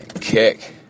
Kick